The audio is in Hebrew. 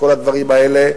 כל הדברים האלה,